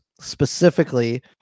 specifically